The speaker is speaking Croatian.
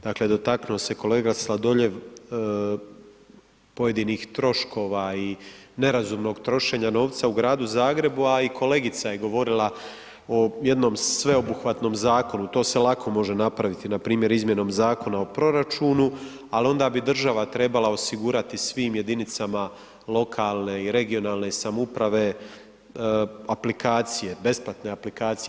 Dakle, dotaknuo se kolega Sladoljev pojedinih troškova i nerazumnog trošenja novca u gradu Zagrebu, a i kolegica je govorila o jednom sveobuhvatnom zakonu, to se lako može napraviti, npr. izmjenom Zakona o proračunu, ali onda bi država trebala osigurati svim jedinicama lokalne i regionalne samouprave aplikacije, besplatne aplikacije.